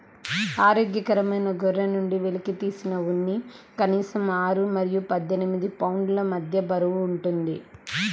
ఆరోగ్యకరమైన గొర్రె నుండి వెలికితీసిన ఉన్ని కనీసం ఆరు మరియు పద్దెనిమిది పౌండ్ల మధ్య బరువు ఉంటుంది